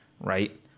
right